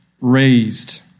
raised